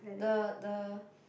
the the